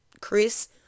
Chris